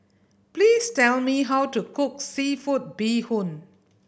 please tell me how to cook seafood bee hoon